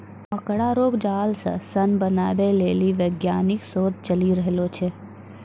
मकड़ा रो जाल से सन बनाबै लेली वैज्ञानिक शोध चली रहलो छै